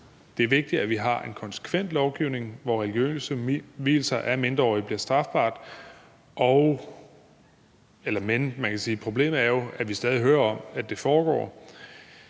Det er vigtigt, at vi har en konsekvent lovgivning, hvor religiøse vielser af mindreårige er strafbart. Man kan sige, at problemet jo er, at vi stadig hører om, at det foregår.